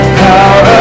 power